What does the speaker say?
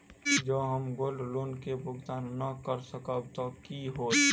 जँ हम gold loan केँ भुगतान न करऽ सकबै तऽ की होत?